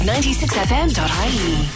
96fm.ie